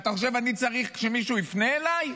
אתה חושב שאני צריך שמישהו יפנה אליי?